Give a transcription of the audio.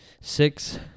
six